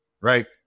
right